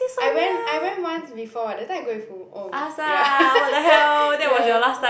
I went I went once before that time I go with who oh ya ya